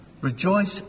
Rejoice